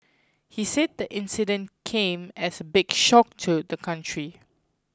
he said the incident came as a big shock to the country